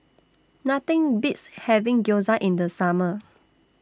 Nothing Beats having Gyoza in The Summer